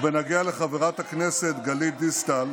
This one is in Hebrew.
ובנוגע לחברת הכנסת גלית דיסטל,